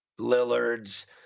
Lillard's